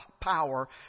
power